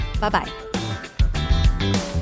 Bye-bye